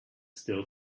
still